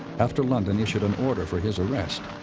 after london issued an order for his arrest,